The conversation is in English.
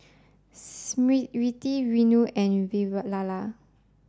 Smriti Renu and Vavilala